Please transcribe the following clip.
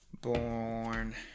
born